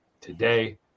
today